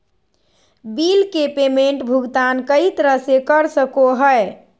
bill के payment भुगतान कई तरह से कर सको हइ